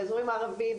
באיזורים ערביים,